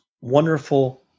wonderful